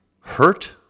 hurt